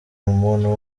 umuntu